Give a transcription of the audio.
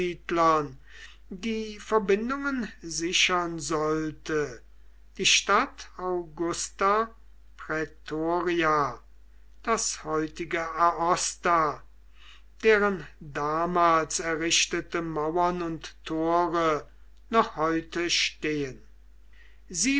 die verbindungen sichern sollte die stadt augusta praetoria das heutige aosta deren damals errichtete mauern und tore noch heute stehen